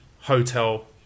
hotel